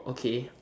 okay